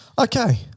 Okay